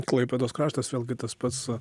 klaipėdos kraštas vėlgi tas pats